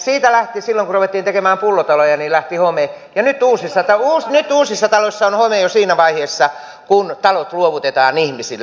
siitä kun ruvettiin tekemään pullotaloja lähti home ja nyt uusissa taloissa on home jo siinä vaiheessa kun talot luovutetaan ihmisille